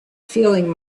feeling